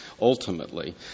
ultimately